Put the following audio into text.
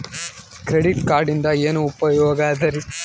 Credit ಕಾರ್ಡಿನಿಂದ ಏನು ಉಪಯೋಗದರಿ?